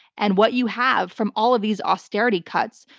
and what you have from all of these austerity cuts,